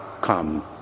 come